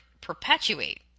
perpetuate